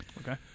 Okay